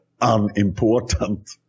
unimportant